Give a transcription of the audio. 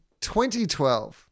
2012